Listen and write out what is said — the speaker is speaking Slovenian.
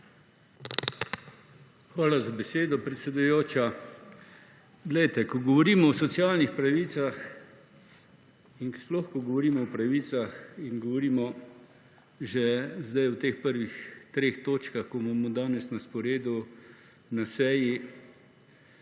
Hvala za besedo, predsedujoča. Poglejte, ko govorimo o socialnih pravicah in sploh ko govorimo o pravicah in govorimo že sedaj v teh prvih treh točkah, ki jih imamo danes na sporedu na seji,